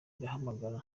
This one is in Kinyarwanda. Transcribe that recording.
iramagana